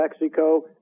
Mexico